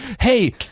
hey